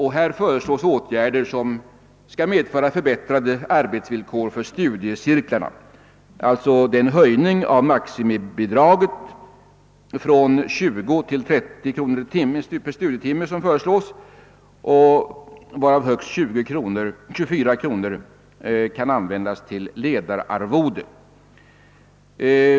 Här föreslås åtgärder som skall medföra förbättrade arbetsvillkor för studiecirklarna, d.v.s. en höjning av maximibidraget från 20 kronor till 30 kronor per studietimme, varav högst 24 kronor kan användas till ledararvode.